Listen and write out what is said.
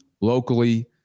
locally